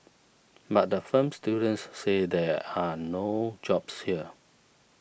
but the film students say there are no jobs here